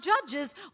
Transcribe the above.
judges